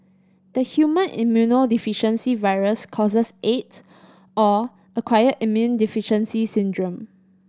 the human immunodeficiency virus causes Aids or acquired immune deficiency syndrome